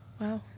Wow